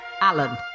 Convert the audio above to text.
Alan